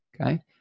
okay